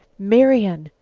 marian,